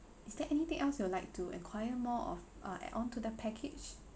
is there anything else you'd like to enquire more of uh add on to the package